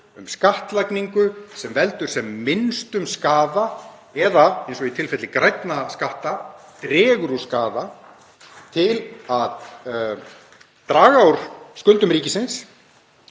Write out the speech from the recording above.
um skattlagningu sem veldur sem minnstum skaða, eða, eins og í tilfelli grænna skatta, dregur úr skaða — til að draga úr skuldum ríkisins,